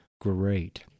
great